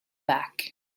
back